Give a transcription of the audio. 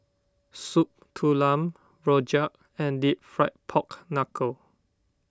Soup Tulang Rojak and Deep Fried Pork Knuckle